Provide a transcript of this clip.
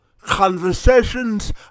conversations